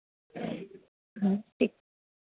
ठीक